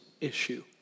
issue